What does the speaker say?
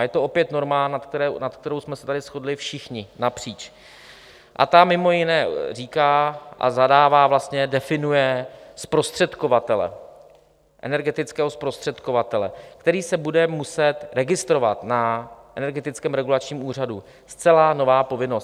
Je to opět norma, nad kterou jsme se tady shodli všichni napříč, a ta mimo jiné říká a zadává, vlastně definuje energetického zprostředkovatele, který se bude muset registrovat na Energetickém regulačním úřadu zcela nová povinnost.